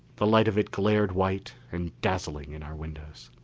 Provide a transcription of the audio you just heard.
the light of it glared white and dazzling in our windows.